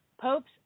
Pope's